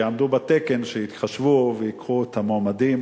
שיעמדו בתקן ויתחשבו וייקחו את המועמדים